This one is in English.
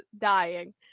dying